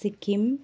Sikkim